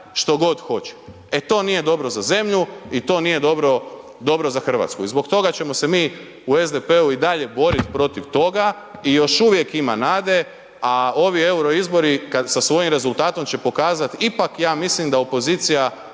što god hoće. E to nije dobro za zemlju i to nije dobro za Hrvatsku. I zbog toga ćemo se mi u SDP-u i dalje boriti protiv toga i još uvijek ima nade. A ovi euro izbori kad sa svojim rezultatom će pokazat ipak ja mislim da opozicija